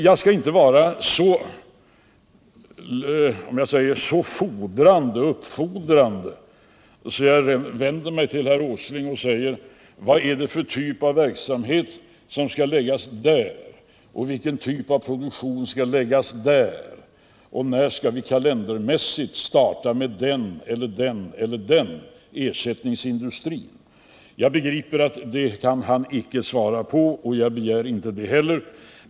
Jag skall inte vara så fordrande att jag vänder mig till herr Åsling och frågar vad det är för typ av verksamhet som skall läggas där och vilken typ av produktion som skall läggas där samt när vi kalendermässigt skall starta den eller den ersättningsindustrin. Jag förstår att han inte kan svara på det, och jag begär det inte heller.